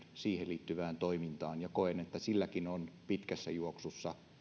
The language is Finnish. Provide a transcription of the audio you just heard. siihen liittyvään toimintaan ja koen että silläkin on pitkässä juoksussa